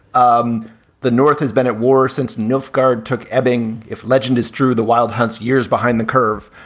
um the north has been at war since mnlf guard took ebbing. if legend is true, the wild hunts years behind the curve.